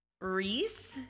Reese